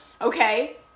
Okay